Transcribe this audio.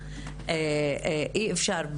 אי-אפשר,